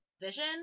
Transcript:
vision